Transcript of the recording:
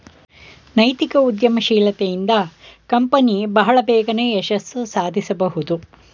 ನೈತಿಕ ಉದ್ಯಮಶೀಲತೆ ಇಂದ ಕಂಪನಿ ಬಹಳ ಬೇಗನೆ ಯಶಸ್ಸು ಸಾಧಿಸಬಹುದು